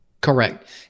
Correct